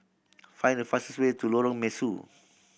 find the fastest way to Lorong Mesu